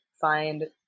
find